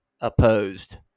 opposed